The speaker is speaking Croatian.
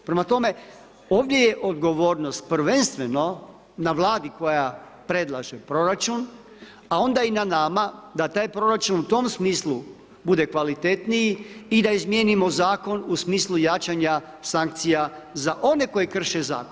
Prema tome, ovdje je odgovornost, prvenstveno na vladi koja predlaže proračun, a onda i na nama, da taj proračun, u tom smislu bude kvalitetniji i da izmetimo zakon u smislu jačanja sankcija za one koji krše zakon.